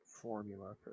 formula